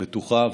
בטוחה,